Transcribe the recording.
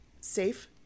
safe